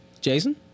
Jason